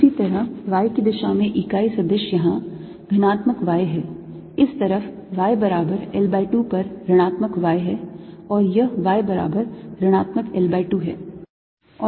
इसी तरह y की दिशा में इकाई सदिश यहाँ धनात्मक y है इस तरफ y बराबर L by 2 पर ऋणात्मक y है और यह y बराबर ऋणात्मक L by 2 है